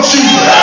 Jesus